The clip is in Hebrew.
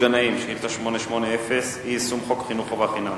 שאילתא 880 של חבר הכנסת גנאים: אי-יישום חוק חינוך חובה חינם.